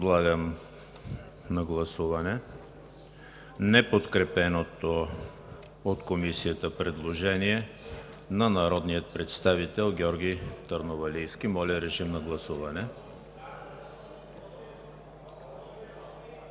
Подлагам на гласуване неподкрепеното от Комисията предложение на народния представител Георги Търновалийски. Гласували